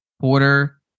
Porter